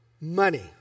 money